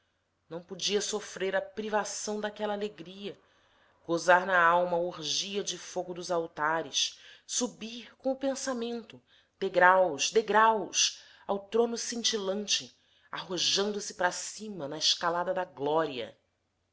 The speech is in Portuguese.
não podia sofrer a privação daquela alegria gozar na alma a orgia de fogo dos altares subir com o pensamento degrau degraus ao trono cintilante arrojando se para cima na escalada da glória